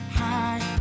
high